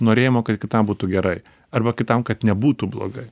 norėjimo kad kitam būtų gerai arba kitam kad nebūtų blogai